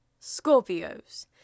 Scorpios